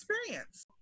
experience